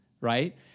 Right